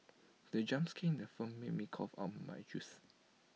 the jump skin in the film made me cough out my juice